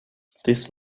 this